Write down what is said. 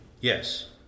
Yes